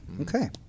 Okay